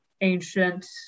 ancient